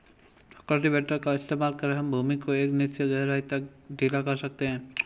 cultivator का इस्तेमाल कर हम भूमि को एक निश्चित गहराई तक ढीला कर सकते हैं